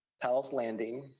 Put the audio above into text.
powell's landing,